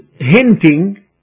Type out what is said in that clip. hinting